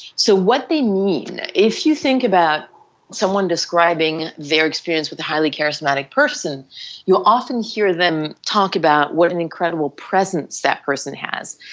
so what they mean, if you think about someone describing their experience with a highly charismatic person, you will often hear them talk about what an incredible presence that person has,